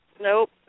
Nope